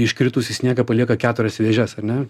iškritusį sniegą palieka keturias vėžes ar ne